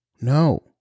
no